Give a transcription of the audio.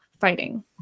fighting